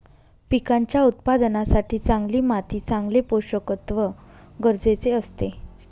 पिकांच्या उत्पादनासाठी चांगली माती चांगले पोषकतत्व गरजेचे असते